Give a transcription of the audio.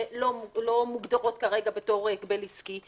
שלא מוגדרות כרגע בתור הגבל עסקי.